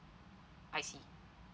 I see